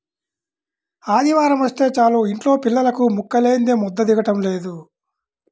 ఆదివారమొస్తే చాలు యింట్లో పిల్లలకు ముక్కలేందే ముద్ద దిగటం లేదు